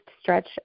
stretch